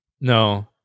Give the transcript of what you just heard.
No